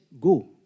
Go